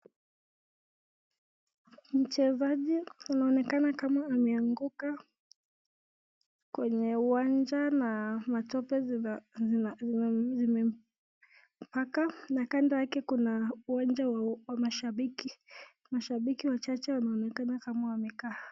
Mchezaji anaonekana kama ameanguka kwenye uwanja na matope zimempaka na kando yake kuna uwanja wa mashabiki. Mashabiki wachache wanaonekana kama wamekaa.